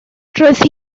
roedd